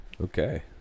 Okay